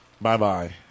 bye-bye